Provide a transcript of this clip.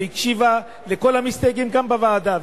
והקשיבה לכל המסתייגים גם בוועדה,